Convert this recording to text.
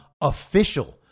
official